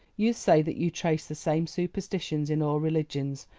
you say that you trace the same superstitions in all religions,